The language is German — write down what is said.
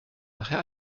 nachher